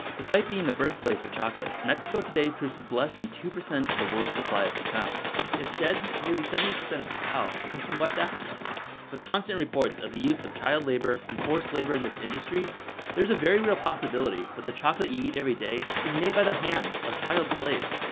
despite being the birth place of chocolate, mexico today produces less than two percent of the world supply of cacao instead, nearly seventy percent of cacao comes from west africa with constant reports of the use of child labor and forced slavery in this industry there's a very real possibility that the chocolate you eat everyday, is made by the hands of child slaves.